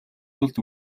тулд